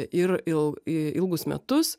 ir il ilgus metus